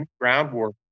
groundwork